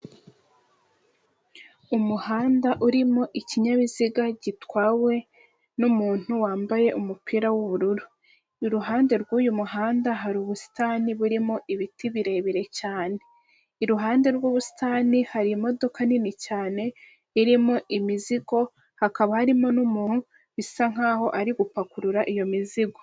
Umuhanda urimo ikinyabiziga gitwawe n'umuntu wambaye umupira w'ubururu, iruhande rw'uyu muhanda hari ubusitani burimo ibiti birebire cyane, iruhande rw'ubusitani hari imodoka nini cyane, irimo imizigo hakaba harimo n'umuntu bisa nkaho ari gupakurura iyo mizigo.